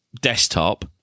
desktop